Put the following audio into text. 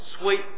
sweet